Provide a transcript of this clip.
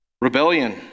Rebellion